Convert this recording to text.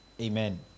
Amen